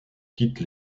quitte